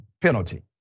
penalty